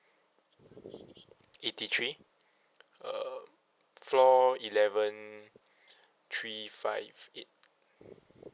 eighty three uh floor eleven three five eight